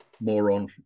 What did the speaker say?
Moron